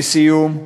לסיום,